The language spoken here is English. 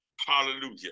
Hallelujah